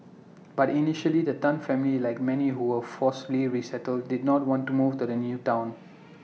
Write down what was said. but initially the Tan family like many who were forcibly resettled did not want to move to the new Town